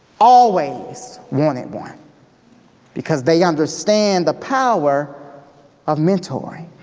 always wanted one because they understand the power of mentoring.